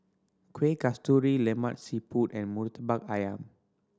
Kuih Kasturi Lemak Siput and Murtabak Ayam